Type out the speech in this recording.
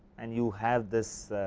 and you have this